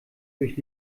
durch